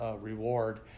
reward